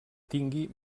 tingui